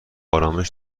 آرامش